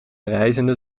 rijzende